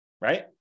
Right